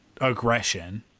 aggression